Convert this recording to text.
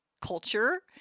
culture